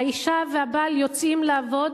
האשה והבעל יוצאים לעבוד,